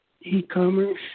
e-commerce